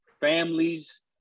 families –